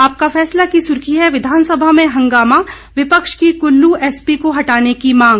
आपका फैसला की सुर्खी है विधानसभा में हंगामा विपक्ष की कुल्लु एसपी को हटाने की मांग